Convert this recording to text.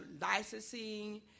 licensing